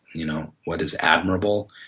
you know what is admirable,